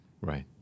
Right